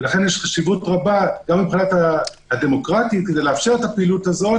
לכן יש חשיבות רבה גם מבחינה דמוקרטית כדי לאפשר את הפעילות הזאת.